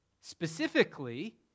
specifically